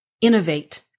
innovate